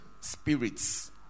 spirits